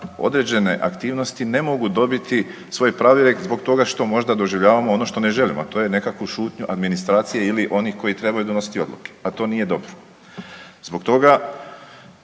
određene aktivnosti ne mogu dobiti svoj .../Govornik se ne razumije./... zbog toga što možda doživljavamo ono što ne želimo, a to je nekakvu šutnju administracije ili onih koji trebaju donositi odluke, a to nije dobro. Zbog toga